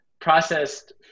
processed